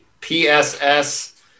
PSS